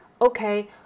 okay